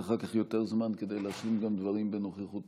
אחר כך תצטרך יותר זמן כדי להשלים גם דברים בנוכחותו.